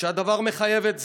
כשהדבר מחייב את זה.